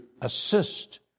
assist